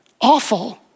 awful